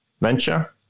venture